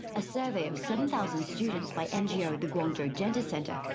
a survey of seven thousand students by ngo, the guangzhou gender center,